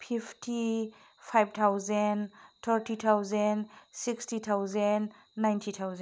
fifty five thousand thirty thousand sixty thousand ninety thousand